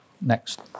Next